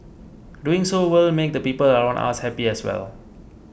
doing so will make the people around us happy as well